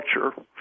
culture